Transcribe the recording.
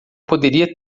poderia